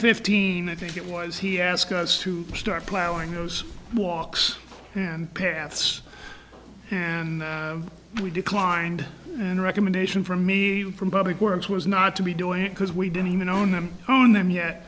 fifteen i think it was he asked us to start planning those walks and paths and we declined and recommendation for me from public works was not to be doing it because we didn't even own them own them yet